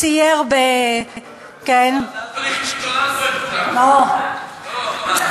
חבר הכנסת אורי